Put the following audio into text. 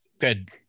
good